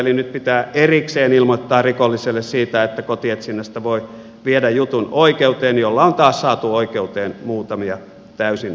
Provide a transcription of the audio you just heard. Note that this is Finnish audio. nyt pitää erikseen ilmoittaa rikolliselle siitä että kotietsinnästä voi viedä jutun oikeuteen millä on taas saatu oikeuteen muutamia täysin turhia juttuja